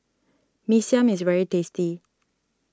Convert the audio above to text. Mee Siam is very tasty